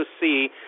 see